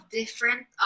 different